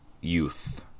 youth